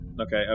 Okay